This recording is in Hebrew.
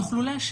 ואני אומר